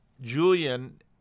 Julian